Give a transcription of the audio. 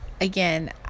again